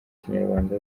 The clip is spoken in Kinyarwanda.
kinyarwanda